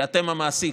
כי אתם המעסיק,